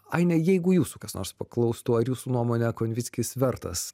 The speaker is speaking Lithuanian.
aine jeigu jūsų kas nors paklaustų ar jūsų nuomone konvickis vertas